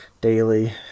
daily